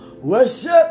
worship